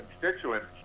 constituents